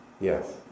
Yes